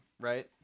right